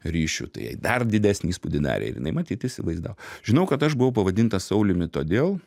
ryšių tai jai dar didesnį įspūdį darė ir jinai matyt įsivaizdavo žinau kad aš buvau pavadintas sauliumi todėl